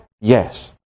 Yes